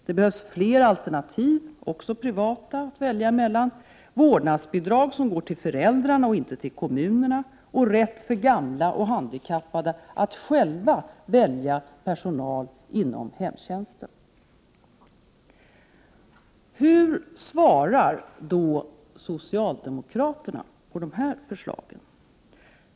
Det behövs fler alternativ, också privata, att välja mellan. Det behövs vårdnadsbidrag som går till föräldrarna och inte till kommunerna och rätt för gamla och handikappade att själva välja personal inom hemtjänsten. Hur svarar då socialdemokraterna på dessa förslag?